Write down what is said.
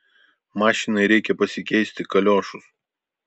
mašinai reikia pasikeisti kaliošus